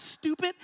stupid